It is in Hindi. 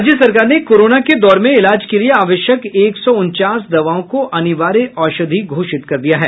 राज्य सरकार ने कोरोना के दौर में इलाज के लिये आवश्यक एक सौ उनचास दवाओं को अनिवार्य औषधि घोषित कर दिया है